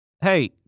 Hey